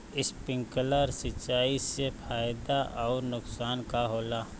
Sprinkler सिंचाई से फायदा अउर नुकसान का होला?